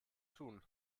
tun